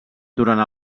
durant